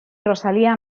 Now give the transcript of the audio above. rosalía